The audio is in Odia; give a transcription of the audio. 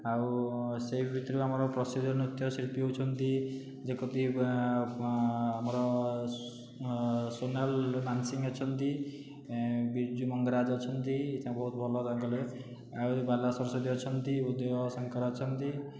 ଆଉ ସେ ଭିତରୁ ଆମର ପ୍ରସିଦ୍ଧ ନୃତ୍ୟ ଶିଳ୍ପୀ ହେଉଛନ୍ତି ଯେକକି ଆମର ସୋନାଲ ମାନସିଂହ ଅଛନ୍ତି ବିର୍ଜୁ ମଙ୍ଗରାଜ ଅଛନ୍ତି ତାଙ୍କ ବହୁତ ଭଲ ତାଙ୍କର ଆଉ ବାଲା ସରସ୍ଵତୀ ଅଛନ୍ତି ଉଦୟ ଶଙ୍କର ଅଛନ୍ତି